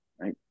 right